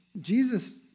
Jesus